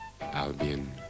Albion